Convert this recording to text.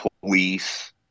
police